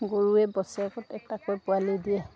গৰুৱে বছৰেকত এটাকৈ পোৱালি দিয়ে